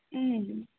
ಹ್ಞ್